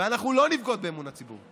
ואנחנו לא נבגוד באמון הציבור.